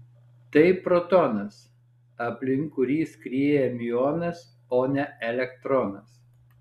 tai protonas aplink kurį skrieja miuonas o ne elektronas